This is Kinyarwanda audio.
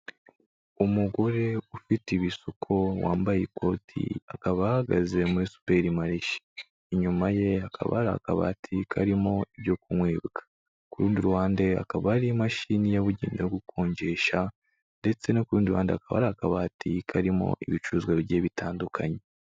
Umugore ufite ibisuko wambaye ikoti, akaba ahagaze muri superi marishe, inyuma ye hakaba hari akabati karimo ibyo kunywebwa, ku rundi ruhande hakaba hari imashini yabugenewe yo gukonjesha, ndetse no ku rundi ruhande hakaba hari akabati karimo ibicuruzwa bijyiye bitandukanye.